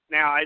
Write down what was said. Now